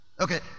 Okay